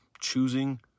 Choosing